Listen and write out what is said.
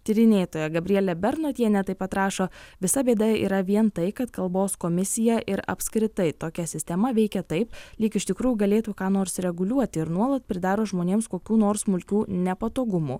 tyrinėtoja gabrielė bernotienė taip pat rašo visa bėda yra vien tai kad kalbos komisija ir apskritai tokia sistema veikia taip lyg iš tikrųjų galėtų ką nors reguliuoti ir nuolat pridaro žmonėms kokių nors smulkių nepatogumų